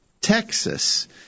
Texas